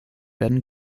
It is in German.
werden